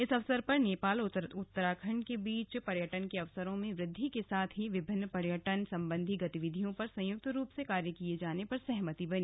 इस अवसर पर नेपाल और उत्तराखण्ड के बीच पर्यटन के अवसरों में वृद्धि के साथ ही विभिन्न पर्यटन सम्बन्धी गतिविधियों पर सयुंक्त रूप से कार्य किये जाने पर सहमति बनी